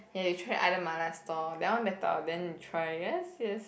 ya you try other Mala store that one better then you try yes yes